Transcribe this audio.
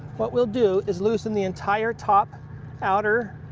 what we'll do is loosen the entire top outer